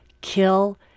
Kill